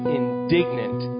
indignant